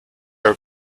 were